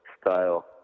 style